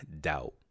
doubt